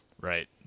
Right